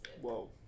Whoa